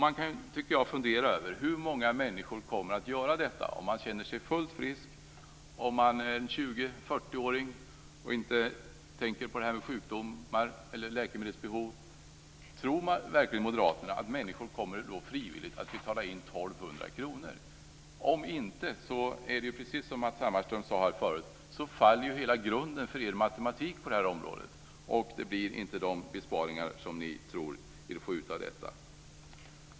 Man kan fundera över hur många människor som kommer att göra det. Den som är mellan 20 och 40 år och känner sig fullt frisk tänker kanske inte på sjukdomar och läkemedelsbehov. Tror verkligen Moderaterna att människor frivilligt kommer att betala in 1 200 kr? Om inte faller hela grunden för er matematik på detta område, precis som Matz Hammarström sade förut. Då blir det inte de besparingar ni tror er få ut.